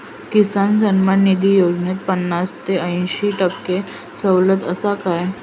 किसान सन्मान निधी योजनेत पन्नास ते अंयशी टक्के सवलत आसा काय?